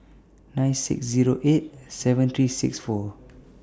nine six Zero eight seven three six four